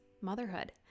motherhood